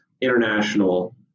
international